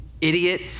idiot